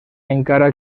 encara